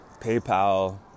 paypal